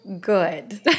good